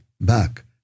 back